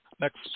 Next